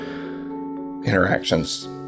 interactions